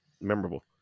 memorable